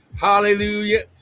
hallelujah